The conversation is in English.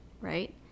Right